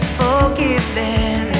forgiven